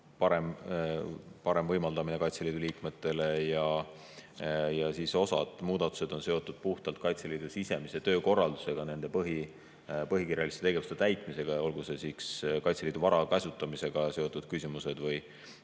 parema võimaldamise puhul Kaitseliidu liikmetele. Osa muudatusi on seotud puhtalt Kaitseliidu sisemise töökorraldusega, nende põhikirjaliste tegevuste täitmisega, olgu need Kaitseliidu vara käsutamisega seotud küsimused või